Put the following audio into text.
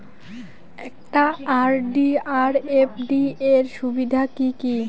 একটা আর.ডি আর এফ.ডি এর সুবিধা কি কি?